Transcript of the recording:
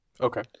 Okay